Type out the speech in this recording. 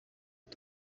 aha